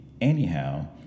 anyhow